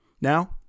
Now